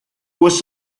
was